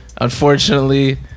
unfortunately